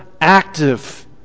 active